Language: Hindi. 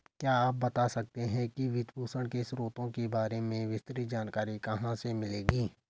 क्या आप बता सकते है कि वित्तपोषण के स्रोतों के बारे में विस्तृत जानकारी कहाँ से मिलेगी?